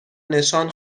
نشان